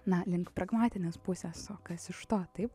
na link pragmatinės pusės o kas iš to taip